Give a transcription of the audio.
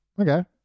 okay